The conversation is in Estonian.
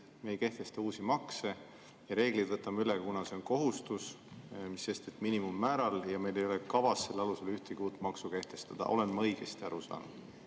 me ei kehtesta uusi makse ja reeglid võtame üle, kuna see on kohustus, mis sest, et miinimummääral, ja meil ei ole kavas selle alusel ühtegi uut maksu kehtestada – olen ma õigesti aru saanud?